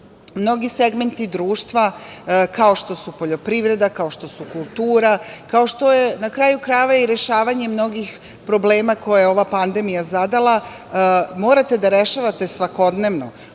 mnogi segmenti društva, kao što su poljoprivreda, kao što su kultura, kao što je, na kraju krajeva, i rešavanje mnogih problema koje ova pandemija zadala, morate da rešavate svakodnevno.